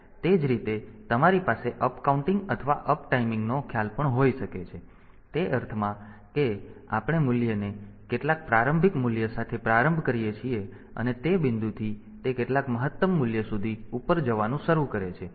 હવે તે જ રીતે તમારી પાસે અપકાઉન્ટિંગ અથવા અપટાઇમિંગ નો ખ્યાલ પણ હોઈ શકે છે તે અર્થમાં કે આપણે મૂલ્યને કેટલાક પ્રારંભિક મૂલ્ય સાથે પ્રારંભ કરીએ છીએ અને તે બિંદુથી તે કેટલાક મહત્તમ મૂલ્ય સુધી ઉપર જવાનું શરૂ કરે છે